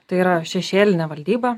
tai yra šešėlinė valdyba